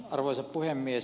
arvoisa puhemies